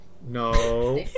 No